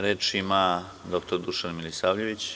Reč ima dr Dušan Milisavljević.